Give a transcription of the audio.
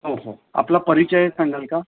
हो हो आपला परिचय सांगाल का